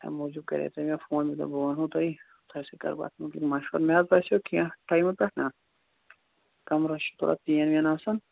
اَمہِ موٗجوٗب کَرے تۄہہِ مےٚ فون مےٚ دوٚپ بہٕ وَنہو تۄہہِ تۄہہِ سۭتۍ کَرٕ بہٕ اَتھ متعلق مَشوَرٕ مےٚ حظ باسیو کیٚنٛہہ ٹایم پٮ۪ٹھ نا کَمرَس چھِ تھوڑا پین وین آسان